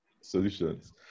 solutions